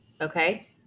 okay